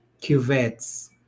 cuvettes